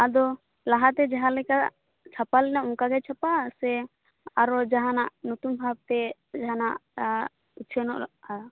ᱟᱫᱚ ᱞᱟᱦᱟᱛᱮ ᱡᱟᱦᱟᱞᱮᱠᱟ ᱪᱷᱟᱯᱟ ᱞᱮᱱᱟ ᱚᱱᱠᱟ ᱜᱮ ᱪᱷᱟᱯᱟ ᱟ ᱥᱮ ᱟᱨᱚ ᱡᱟᱦᱟᱸ ᱱᱟᱜ ᱱᱚᱛᱩᱱ ᱵᱷᱟᱵ ᱛᱮ ᱡᱟᱦᱟᱸ ᱱᱟᱜ ᱟ ᱩᱪᱷᱟ ᱱᱚᱜᱼᱟ